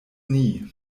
nie